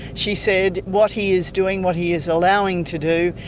she said what he is doing, what he is allowing to do,